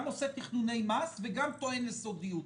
גם עושה תכנוני מס וגם טוען לסודיות.